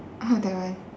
oh that one